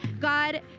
God